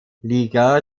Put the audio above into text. liga